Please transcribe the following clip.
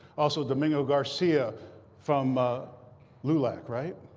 also, domingo garcia from ah lulac right?